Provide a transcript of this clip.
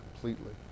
completely